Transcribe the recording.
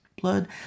blood